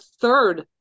third